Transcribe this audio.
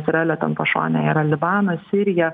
izraelio ten pašonėj yra libanas sirija